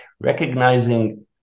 Recognizing